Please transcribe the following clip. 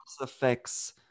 affects